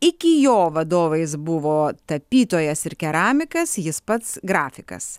iki jo vadovais buvo tapytojas ir keramikas jis pats grafikas